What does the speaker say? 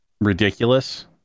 ridiculous